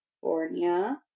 california